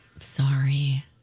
sorry